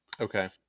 Okay